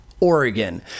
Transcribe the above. Oregon